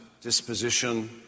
disposition